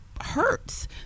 hurts